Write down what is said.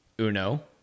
Uno